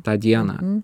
tą dieną